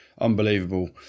unbelievable